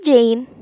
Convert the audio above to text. Jane